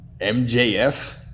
MJF